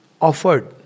offered